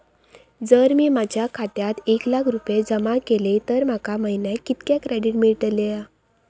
जर मी माझ्या खात्यात एक लाख रुपये जमा केलय तर माका महिन्याक कितक्या क्रेडिट मेलतला?